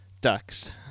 Ducks